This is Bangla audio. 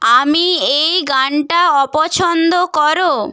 আমি এই গানটা অপছন্দ করো